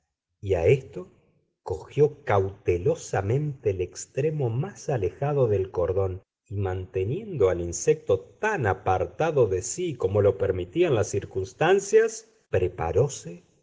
a esto cogió cautelosamente el extremo más alejado del cordón y manteniendo al insecto tan apartado de sí como lo permitían las circunstancias